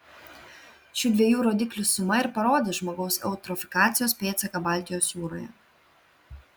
šių dviejų rodiklių suma ir parodys žmogaus eutrofikacijos pėdsaką baltijos jūroje